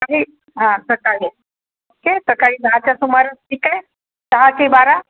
कधी हां सकाळी ओके सकाळी दहाच्या सुमारास ठीक आहे दहा की बारा